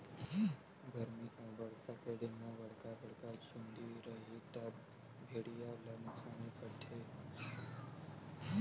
गरमी अउ बरसा के दिन म बड़का बड़का चूंदी रइही त भेड़िया ल नुकसानी करथे